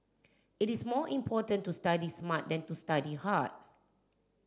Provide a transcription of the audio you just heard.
it is more important to study smart than to study hard